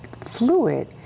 fluid